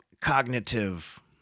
cognitive